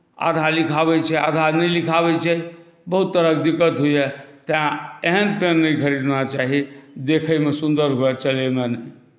आधा लिखाबै छै आधा नहि लिखाबै छै बहुत तरहक दिक्कत होइया तैं एहन पेन नहि खरीदना चाही देखैमे सुन्दर हुए चलैमे नहि